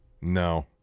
no